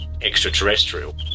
extraterrestrial